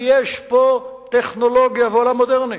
כי יש פה טכנולוגיה ועולם מודרני.